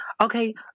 Okay